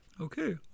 Okay